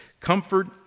comfort